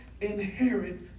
inherit